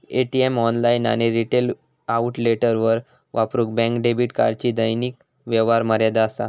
ATM, online आणि retail आउटलेटवर वापरूक बँक डेबिट कार्डची दैनिक व्यवहार मर्यादा असा